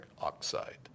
oxide